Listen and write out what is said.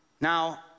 Now